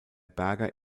berger